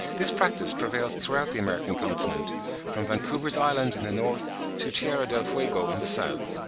this practice prevails throughout the american continent from vancouver's island in the north to tierra del fuego in the south.